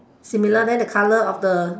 similar then the color of the